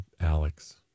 Alex